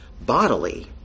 bodily